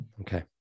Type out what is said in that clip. Okay